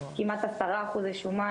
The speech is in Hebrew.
כמעט עשרה אחוזי שומן,